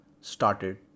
started